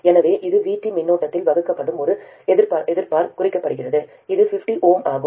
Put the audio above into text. எனவே இது Vt மின்னோட்டத்தால் வகுக்கப்படும் ஒரு எதிர்ப்பால் குறிக்கப்படுகிறது இது 50 Ω ஆகும்